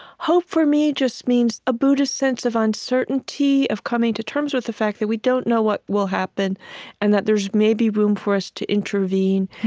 hope, for me, just means a buddhist sense of uncertainty, of coming to terms with the fact that we don't know what will happen and that there's maybe room for us to intervene.